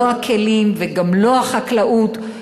לא הכלים וגם לא החקלאות,